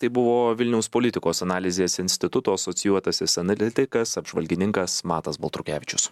tai buvo vilniaus politikos analizės instituto asocijuotasis analitikas apžvalgininkas matas baltrukevičius